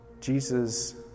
Jesus